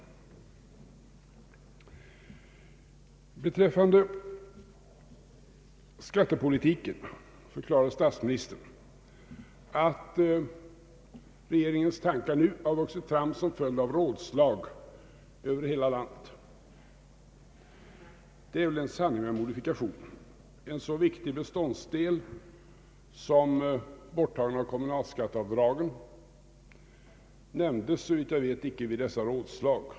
Beträffande skattepolitiken förklarade statsministern att regeringens tankar vuxit fram som följd av rådslag över hela landet. Det är väl en sanning med modifikation. En så viktig beståndsdel som borttagandet av kommunalskatteavdragen nämndes, såvitt jag vet, icke vid dessa rådslag.